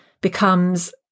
becomes